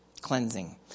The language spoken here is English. cleansing